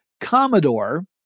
Commodore